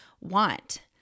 want